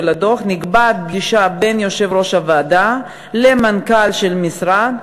הדוח נקבעת פגישה בין יושב-ראש הוועדה למנכ"ל של המשרד,